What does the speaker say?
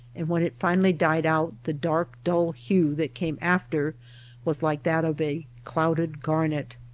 and when it finally died out the dark dull hue that came after was like that of a clouded garnet.